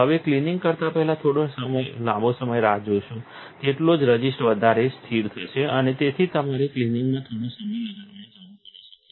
તમે ક્લિનિંગ કરતા પહેલા જેટલો લાંબો સમય રાહ જોશો તેટલો જ રઝિસ્ટ વધારે સ્થિર થશે અને તેથી તમારે ક્લિનિંગમાં થોડો સમય લગાડવાની જરૂર પડી શકે છે